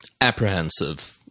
apprehensive